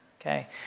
okay